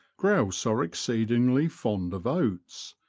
grouse are exceedingly fond of oats,